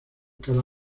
cada